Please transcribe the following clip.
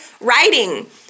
writing